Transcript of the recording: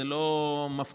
זה לא מפתיע,